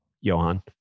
Johan